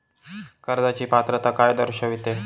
कर्जाची पात्रता काय दर्शविते?